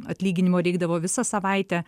atlyginimo reikdavo visą savaitę